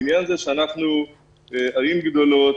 בעניין זה שאנחנו ערים גדולות,